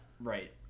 right